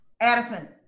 Addison